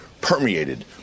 permeated